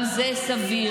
גם זה סביר.